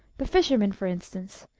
the fisherman, for instance?